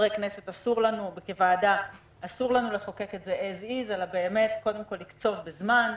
כחברי כנסת וכוועדה לחוקק את זה as is אלא באמת לקצוב בזמן,